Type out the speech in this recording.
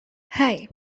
hey